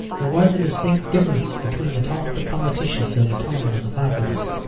there was a distinct difference between the tone of the politicians and the tone of the populace.